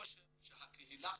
הקהילה חשובה.